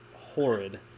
horrid